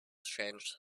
changed